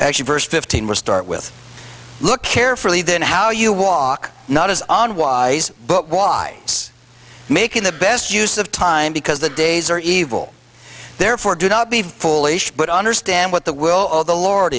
you verse fifteen will start with look carefully then how you walk not is on wise but why it's making the best use of time because the days are evil therefore do not be foolish but understand what the will of the lord